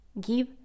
give